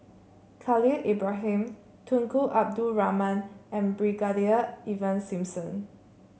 Khalil Ibrahim Tunku Abdul Rahman and Brigadier Ivan Simson